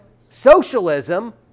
Socialism